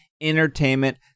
entertainment